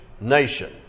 nation